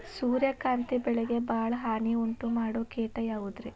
ಸೂರ್ಯಕಾಂತಿ ಬೆಳೆಗೆ ಭಾಳ ಹಾನಿ ಉಂಟು ಮಾಡೋ ಕೇಟ ಯಾವುದ್ರೇ?